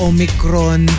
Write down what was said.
Omicron